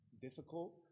difficult